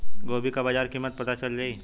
गोभी का बाजार कीमत पता चल जाई?